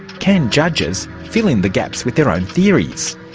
can judges fill in the gaps with their own theories?